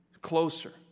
closer